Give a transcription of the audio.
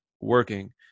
working